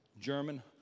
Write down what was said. German